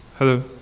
Hello